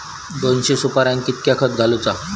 दोनशे सुपार्यांका कितक्या खत घालूचा?